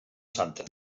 santa